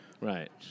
Right